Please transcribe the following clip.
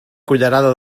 cullerada